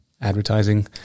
advertising